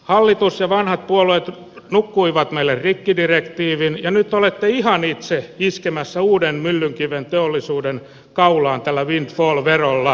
hallitus ja vanhat puolueet nukkuivat meille rikkidirektiivin ja nyt olette ihan itse iskemässä uuden myllynkiven teollisuuden kaulaan tällä windfall verolla